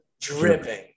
dripping